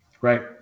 Right